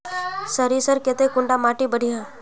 सरीसर केते कुंडा माटी बढ़िया?